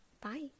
bye